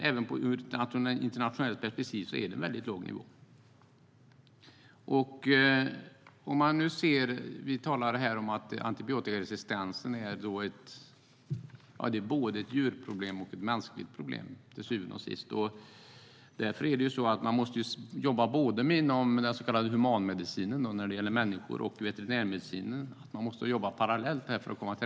Även i ett internationellt perspektiv ligger vår användning på en mycket låg nivå. Vi vet att antibiotikaresistensen är både ett djurproblem och ett mänskligt problem. För att komma till rätta med det måste därför den så kallade humanmedicinen, den som rör människor, och veterinärmedicinen jobba parallellt.